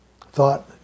Thought